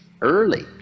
early